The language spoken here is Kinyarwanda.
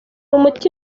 umuti